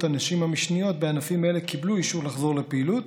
הנשים המשניות בענפים אלה קיבלו אישור לחזור לפעילות,